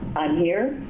i'm here.